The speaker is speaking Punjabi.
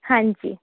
ਹਾਂਜੀ